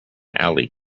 alley